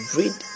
read